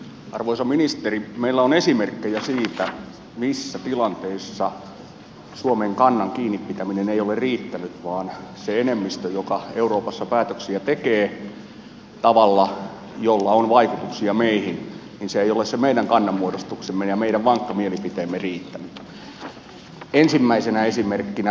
arvoisa ministeri meillä on esimerkkejä siitä missä tilanteissa suomen kannasta kiinni pitäminen ei ole riittänyt sille enemmistölle joka euroopassa päätöksiä tekee tavalla jolla on vaikutuksia meihin ei ole se meidän kannanmuodostuksemme ja meidän vankka mielipiteemme riittänyt